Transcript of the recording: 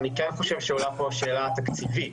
אבל אני כן חושב שעולה פה השאלה התקציבית.